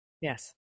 Yes